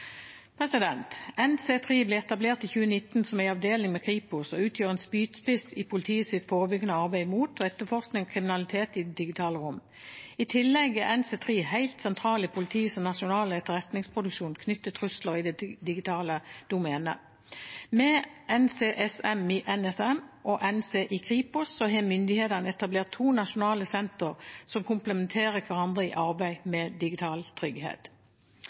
ble etablert i 2019 som en avdeling ved Kripos og utgjør en spydspiss i politiets forebyggende arbeid mot, og etterforskning av, kriminalitet i det digitale rom. I tillegg er NC3 helt sentral i politiets nasjonale etterretningsproduksjon knyttet til trusler i det digitale domenet. Med NCSC i NSM og NC3 i Kripos har myndighetene etablert to nasjonale sentre som komplementerer hverandre i arbeid med digital trygghet.